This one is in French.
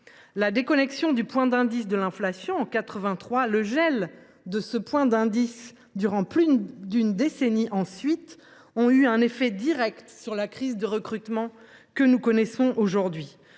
La déconnexion du point d’indice et de l’inflation en 1983 puis le gel de ce point d’indice durant plus d’une décennie ont eu un effet direct sur la crise de recrutement que nous connaissons aujourd’hui.